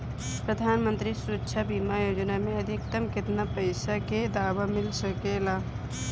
प्रधानमंत्री सुरक्षा बीमा योजना मे अधिक्तम केतना पइसा के दवा मिल सके ला?